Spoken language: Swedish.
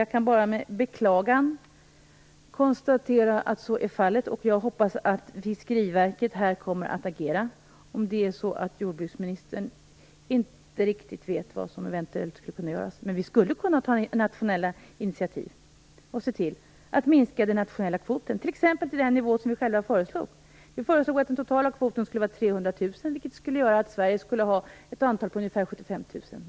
Jag kan bara med beklagan konstatera att så är fallet, och jag hoppas att Fiskeriverket kommer att agera om jordbruksministern inte riktigt vet vad som eventuellt skulle kunna göras. Vi skulle kunna ta nationella initiativ och se till att minska den nationella kvoten, t.ex. till den nivå som vi själva föreslog. Vi föreslog att den totala kvoten skulle vara 300 000, vilket innebär att Sverige skulle ha ett antal på ungefär 75 000.